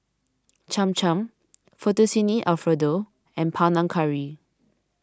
Cham Cham Fettuccine Alfredo and Panang Curry